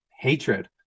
hatred